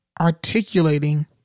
articulating